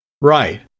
Right